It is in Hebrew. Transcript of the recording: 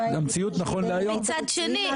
מצד שני,